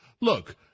Look